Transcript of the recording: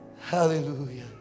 Hallelujah